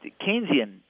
Keynesian